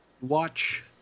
Watch